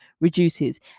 reduces